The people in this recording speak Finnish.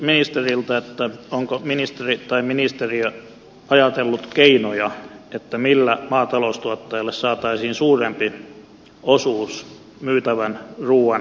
olisin kysynyt ministeriltä onko ministeri tai ministeriö ajatellut keinoja millä maataloustuottajalle saataisiin suurempi osuus myytävän ruuan hinnasta